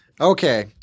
Okay